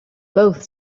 both